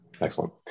Excellent